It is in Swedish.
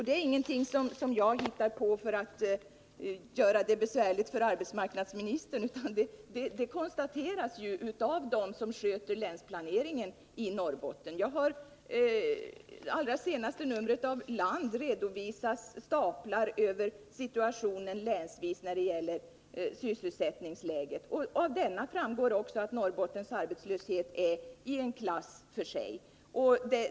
Det är ingenting som jag hittar på för att göra det besvärligt för arbetsmarknadsministern, utan det konstateras av dem som sköter länsplaneringen i Norrbotten. I det allra senaste numret av Land redovisas staplar över situationen länsvis när det gäller sysselsättningsläget. Och av den redovisningen framgår att Norrbottens arbetslöshet är i en klass för sig.